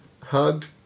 Hugged